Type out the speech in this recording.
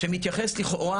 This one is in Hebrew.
שמתייחס לכאורה,